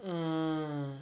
mm